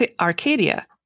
Arcadia